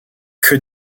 que